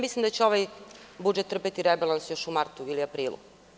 Mislim da će ovaj budžet trpeti rebalans još u martu i aprilu.